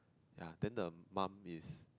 ya then the mum is